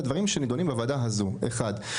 דברים שנידונים בוועדות אחרות הם לא רלוונטיים.